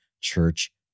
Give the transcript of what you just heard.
church